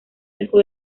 dejó